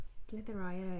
Slither.io